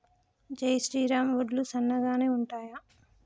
జై శ్రీరామ్ వడ్లు సన్నగనె ఉంటయా?